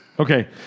Okay